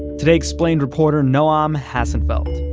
today, explained reporter noam um hassenfeld.